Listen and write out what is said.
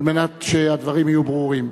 כדי שהדברים יהיו ברורים.